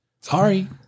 sorry